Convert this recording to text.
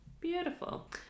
Beautiful